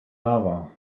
lava